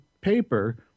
paper